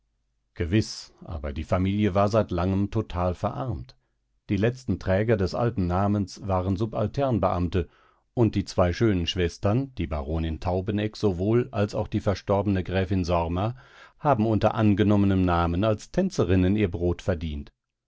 gewiß aber die familie war seit langem total verarmt die letzten träger des alten namens waren subalternbeamte und die zwei schönen schwestern die baronin taubeneck sowohl als auch die verstorbene gräfin sorma haben unter angenommenem namen als tänzerinnen ihr brot verdient